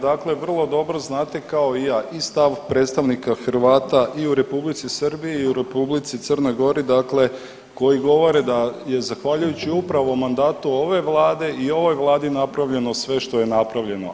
Dakle vrlo dobro znate kao i ja i stav predstavnika Hrvata i u Republici Srbiji i u Republici Crnoj Gori dakle koji govore da je zahvaljujući upravo mandatu ove Vlade i ovoj Vladi napravljeno sve što je napravljeno.